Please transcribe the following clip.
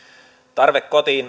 tarve kotiin